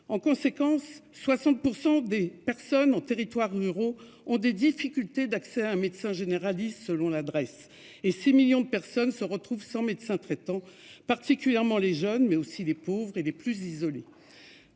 En conséquence, 60% des personnes en territoires ruraux ont des difficultés d'accès à un médecin généraliste selon l'adresse et 6 millions de personnes se retrouvent sans médecin traitant, particulièrement les jeunes mais aussi les pauvres et les plus isolés.